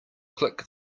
click